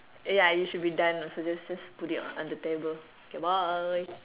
ya you should be done also just just put it on the table okay bye